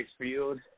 Field